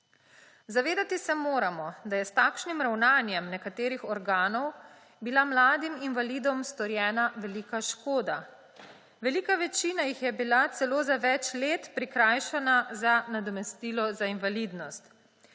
Zavedati se moramo, da je bila s takšnim ravnanjem nekaterih organov mladim invalidom storjena velika škoda. Velika večina jih je bila celo za več let prikrajšana za nadomestilo za invalidnost.